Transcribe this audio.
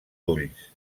ulls